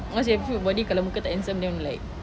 once you have a fit body kalau muka tak handsome then I'm like